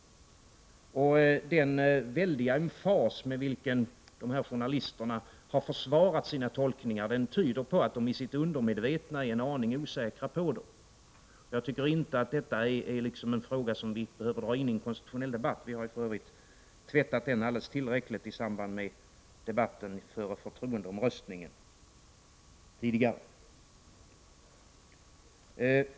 Den väldiga emfas med vilken dessa journalister har försvarat sina tolkningar tyder på att de i sitt undermedvetna är en aning osäkra på dem. Jag tycker inte att detta är en fråga som vi behöver dra in i en konstitutionell debatt. Vi har ju för övrigt ”tvättat” den frågan alldeles tillräckligt i samband med debatten som föregick förtroendeomröstningen tidigare.